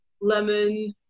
lemon